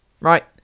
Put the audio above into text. Right